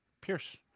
Pierce